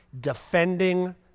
Defending